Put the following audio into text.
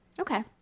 okay